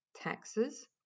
taxes